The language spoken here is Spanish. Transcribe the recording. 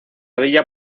villa